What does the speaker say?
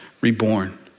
reborn